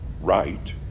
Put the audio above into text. right